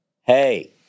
Hey